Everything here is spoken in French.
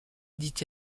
dit